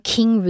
King